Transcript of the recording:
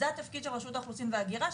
זה התפקיד של רשות האוכלוסין וההגירה,